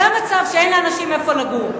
זה המצב, שאין לאנשים איפה לגור.